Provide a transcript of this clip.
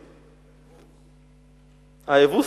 האבוס.